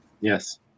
Yes